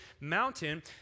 mountain